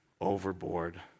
overboard